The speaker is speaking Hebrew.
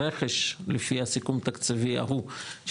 הרכש לפי הסיכום התקציבי ההוא,